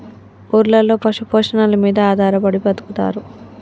ఊర్లలో పశు పోషణల మీద ఆధారపడి బతుకుతారు